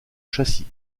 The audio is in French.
châssis